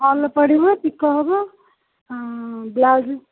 ଫଲ୍ ପଡ଼ିବ ପିକୋ ହେବ ବ୍ଲାଉଜ୍